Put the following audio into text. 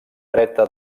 dreta